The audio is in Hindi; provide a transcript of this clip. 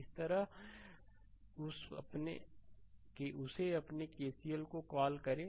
इसी तरह उस अपने केसीएल को कॉल करें